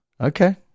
Okay